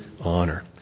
honor